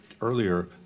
earlier